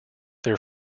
their